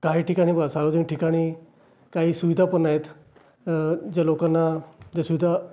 काही ठिकाणी बघा सार्वजनिक ठिकाणी काही सुविधा पण नाही आहेत ज्या लोकांना ज्या सुविधा